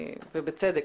ובצדק